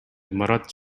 имарат